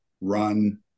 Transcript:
run